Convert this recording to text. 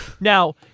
Now